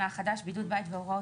בוקר טוב,